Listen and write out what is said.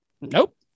Nope